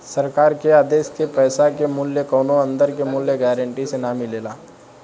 सरकार के आदेश के पैसा के मूल्य कौनो अंदर के मूल्य गारंटी से ना मिलेला